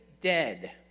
dead